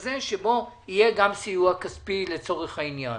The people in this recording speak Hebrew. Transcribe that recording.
כזה שבו יהיה גם סיוע כספי לצורך העניין.